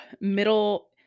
Middle